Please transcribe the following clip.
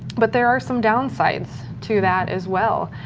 but there are some down sides to that, as well,